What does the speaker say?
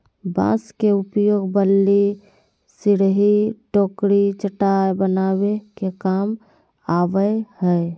बांस के उपयोग बल्ली, सिरही, टोकरी, चटाय बनावे के काम आवय हइ